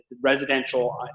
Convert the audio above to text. residential